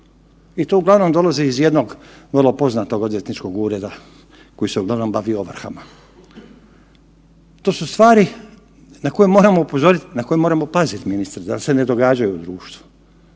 I to uglavnom dolazi iz jednog vrlo poznatog odvjetničkog ureda koji se uglavnom bavi ovrhama. To su stvari na koje moramo upozoriti, na koje moramo paziti ministre da se ne događaju u društvu